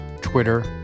Twitter